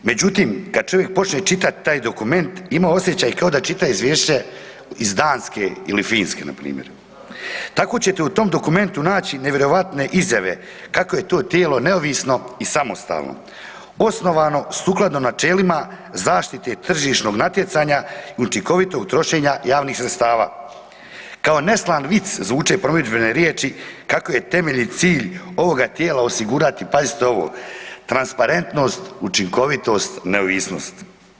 Međutim, kad čovjek počne čitat taj dokument, ima osjećaj kao da čita izvješće iz Danske ili Finske npr. tako ćete u tom dokumentu naći nevjerojatne izjave kako to tijelo neovisno i samostalno, osnovano sukladno načelima zaštite tržišnog natjecanja i učinkovitog trošenja javnih sredstava. kao neslan vic zvuče promidžbene riječi kako je temeljni cilj ovoga tijela osigurati, pazite ovo, transparentnost, učinkovitost, neovisnost.